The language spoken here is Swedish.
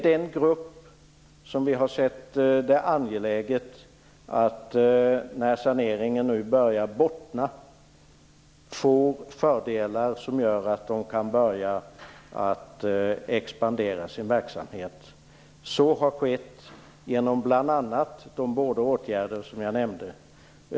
Den gruppen skall nu när saneringen börjar bottna - det har vi ansett vara angeläget - få fördelar som gör att man kan börja expandera sin verksamhet. Så har skett bl.a. genom de båda åtgärder som jag nyss nämnde.